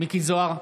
מיקי זוהר,